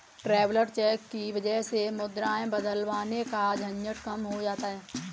traveller cheque की वजह से मुद्राएं बदलवाने का झंझट कम हो जाता है